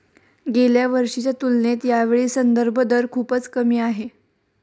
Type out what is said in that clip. गेल्या वर्षीच्या तुलनेत यावेळी संदर्भ दर खूपच कमी आहे